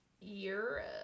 Europe